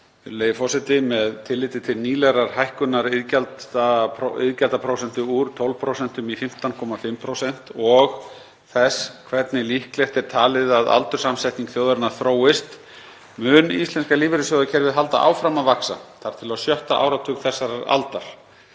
forseti. Með tilliti til nýlegrar hækkunar iðgjaldaprósentu, úr 12% í 15,5%, og þess hvernig líklegt er talið að aldurssamsetning þjóðarinnar þróist mun íslenska lífeyrissjóðakerfið halda áfram að vaxa þar til á sjötta áratug þessarar aldar.